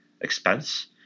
expense